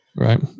Right